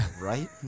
Right